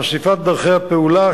חשיפת דרכי הפעולה,